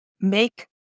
make